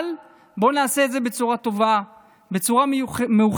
אבל בואו נעשה את זה בצורה טובה, בצורה מאוחדת.